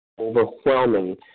overwhelming